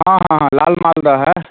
हाँ हाँ लाल मालदा है